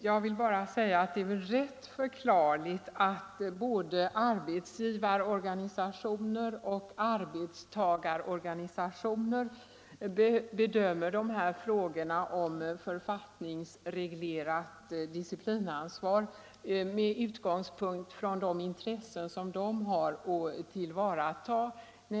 Herr talman! Det är väl rätt förklarligt att både arbetsgivarorganisationer och arbetstagarorganisationer bedömer de här frågorna om författningsreglerat disciplinansvar med utgångspunkt från de intressen som de har att tillvarata.